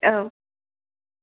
औ